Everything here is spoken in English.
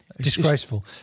Disgraceful